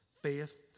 faith